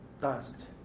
dust